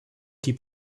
die